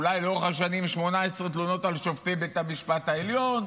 אולי לאורך השנים 18 תלונות על שופטי בית המשפט העליון,